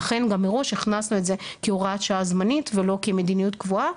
לכן גם מראש הכנסנו את זה כהוראת שעה זמנית ולא כמדיניות קבועה.